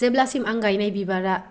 जेब्लासिम आं गायनाय बिबारा